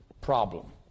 problem